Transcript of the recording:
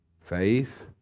Faith